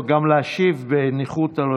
גם להשיב בניחותא לא